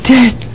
Dead